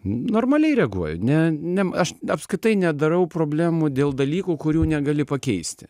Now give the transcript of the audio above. normaliai reaguoja ne ne aš apskritai nedarau problemų dėl dalykų kurių negali pakeisti